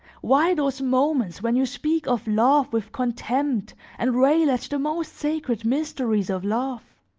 why those moments when you speak of love with contempt and rail at the most sacred mysteries of love?